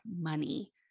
money